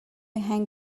hang